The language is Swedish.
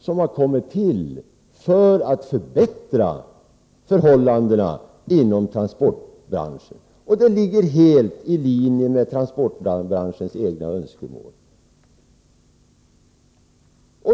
Den har kommit till för att förbättra förhållandena inom transportbranschen, och det ligger helt i linje med branschens egna önskemål.